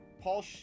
paul